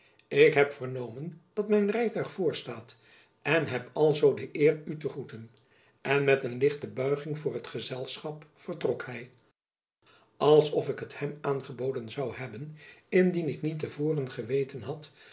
ik heb vernomen dat mijn rijtuig voor staat en heb alzoo de eer u te groeten en met een lichte buiging voor het gezelschap vertrok hy jacob van lennep elizabeth musch alsof ik het hem aangeboden zoû hebben indien ik niet te voren geweten had